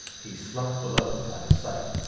he slunk below out of sight.